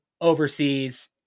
overseas